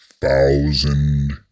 thousand